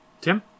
Tim